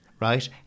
Right